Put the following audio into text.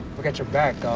we got your back, dog.